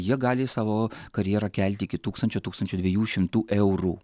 jie gali savo karjerą kelti iki tūkstančio tūkstančio dviejų šimtų eurų